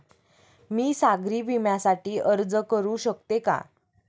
मी सागरी विम्यासाठी अर्ज करू शकते का?